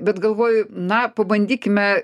bet galvoju na pabandykime